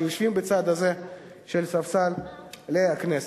שיושבים בצד הזה של ספסלי הכנסת.